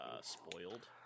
spoiled